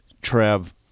Trev